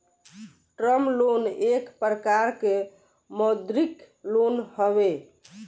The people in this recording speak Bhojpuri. टर्म लोन एक प्रकार के मौदृक लोन हवे